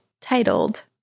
titled